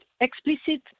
explicit